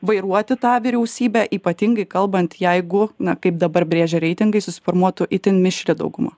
vairuoti tą vyriausybę ypatingai kalbant jeigu na kaip dabar brėžia reitingai susiformuotų itin mišri dauguma